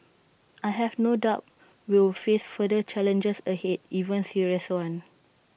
I have no doubt we will face further challenges ahead even serious ones